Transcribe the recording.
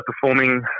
performing